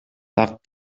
так